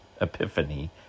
Epiphany